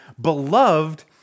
beloved